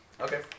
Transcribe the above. Okay